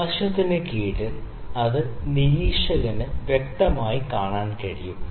പ്രകാശത്തിന് കീഴിൽ അത് നിരീക്ഷകന് വ്യക്തമായി കാണാൻ കഴിയും